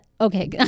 Okay